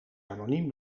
anoniem